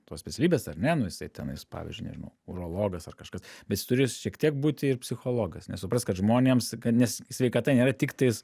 tos specialybės ar ne nu jisai tenais pavyzdžiui nežinau urologas ar kažkas bet jis turi šiek tiek būti ir psichologas nes suprast kad žmonėms kad nes sveikata nėra tiktais